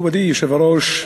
מכובדי היושב-ראש,